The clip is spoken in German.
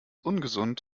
ungesund